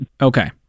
okay